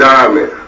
Diamond